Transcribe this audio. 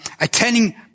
attending